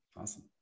Awesome